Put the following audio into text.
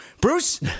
Bruce